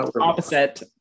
Opposite